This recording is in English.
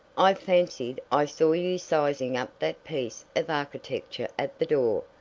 i fancied i saw you sizing up that piece of architecture at the door.